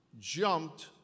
jumped